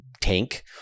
tank